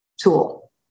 tool